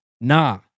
nah